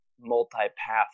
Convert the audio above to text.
multi-path